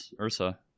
Ursa